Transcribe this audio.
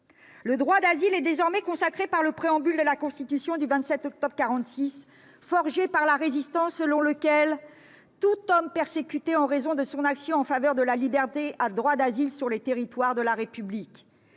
Le droit d'asile est désormais consacré par le préambule de la Constitution du 27 octobre 1946, forgée par la Résistance :« Tout homme persécuté en raison de son action en faveur de la liberté a droit d'asile sur les territoires de la République.